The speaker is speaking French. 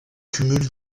cumul